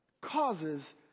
causes